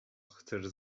chcesz